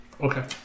Okay